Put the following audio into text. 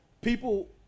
People